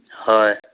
হয়